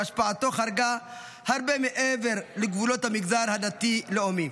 שהשפעתו חרגה הרבה מעבר לגבולות המגזר הדתי-לאומי.